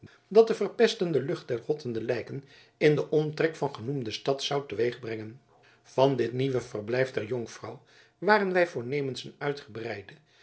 dat de verpestende lucht der rottende lijken in den omtrek van genoemde stad zou teweegbrengen van dit nieuwe verblijf der jonkvrouw waren wij voornemens een uitgebreide